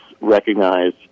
recognize